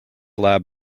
lab